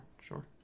Sure